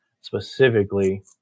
specifically